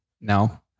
No